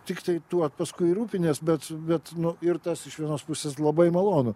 tiktai tuo paskui rūpinies bet bet nu ir tas iš vienos pusės labai malonu